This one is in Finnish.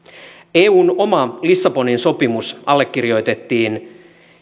eun oma lissabonin sopimus allekirjoitettiin